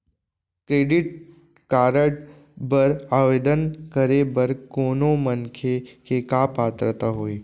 Credit card बनवाए बर आवेदन करे बर कोनो मनखे के का पात्रता होही?